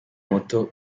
muto